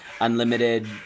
unlimited